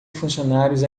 funcionários